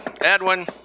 Edwin